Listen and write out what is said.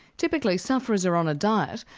typically, sufferers are on a diet,